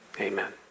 Amen